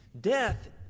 Death